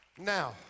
Now